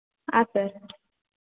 ಹಾಂ ಸರ್